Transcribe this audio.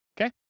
Okay